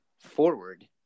forward